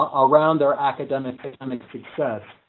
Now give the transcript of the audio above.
ah around our academic kinetic success.